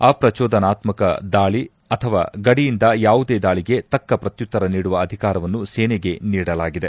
ಅಪ್ರಚೋದನಾತ್ಮಕ ದಾಳಿ ಅಥವಾ ಗಡಿಯಿಂದ ಯಾವುದೇ ದಾಳಿಗೆ ತಕ್ಕ ಪ್ರತ್ಯುತ್ತರ ನೀಡುವ ಅಧಿಕಾರವನ್ನು ಸೇನೆಗೆ ನೀಡಲಾಗಿದೆ